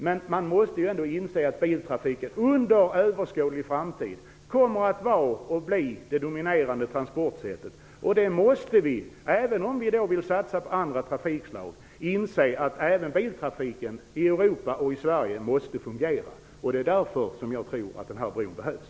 Men man måste ändå inse att biltrafiken inom en överskådlig framtid kommer att vara det dominerande transportsättet. Även om vi vill satsa på andra trafikslag måste vi inse att även biltrafiken i både Europa och Sverige måste fungera. Därför tror jag att den här bron behövs.